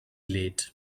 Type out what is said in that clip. late